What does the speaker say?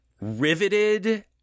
riveted